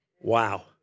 Wow